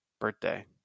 birthday